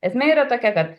esmė yra tokia kad